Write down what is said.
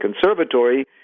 Conservatory